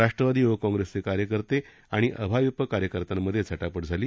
राष्ट्रवादी य्वक कॉग्रेसचे कार्यकर्ते आणि अभाविप कार्यकर्त्यांमध्ये झटापट झाली